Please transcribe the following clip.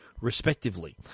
respectively